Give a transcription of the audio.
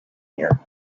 here